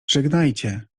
żegnajcie